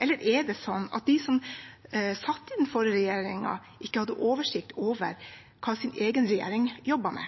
eller er det slik at de som satt i den forrige regjeringen, ikke hadde oversikt over hva deres egen regjering jobbet med?